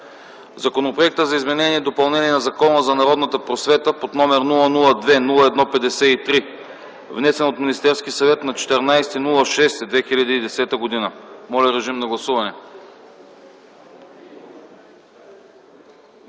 Законопроекта за изменение и допълнение на Закона за народната просвета под № 002-01-53, внесен от Министерския съвет на 14.06.2010 г. Моля, гласувайте.